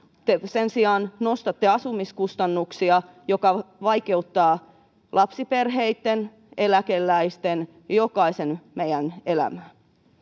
te sen sijaan nostatte asumiskustannuksia mikä vaikeuttaa lapsiperheitten eläkeläisten jokaisen meidän elämää